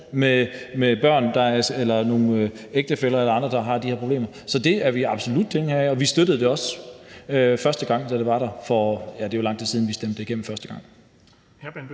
med ægtefæller eller andre, der har de her problemer. Så det er vi absolut tilhængere af, og vi støttede det også, da det var der første gang, og ja, det er jo lang tid siden, at vi stemte det igennem første gang.